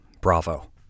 bravo